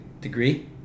degree